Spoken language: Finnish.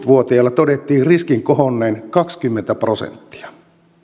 vuotiailla todettiin riskin kohonneen kaksikymmentä prosenttia